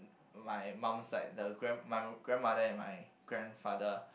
my mum's side the grand my grandmother and my grandfather